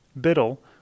Biddle